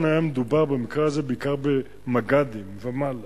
כאן, במקרה הזה, היה מדובר בעיקר במג"דים ומעלה.